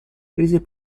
prese